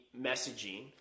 messaging